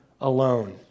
alone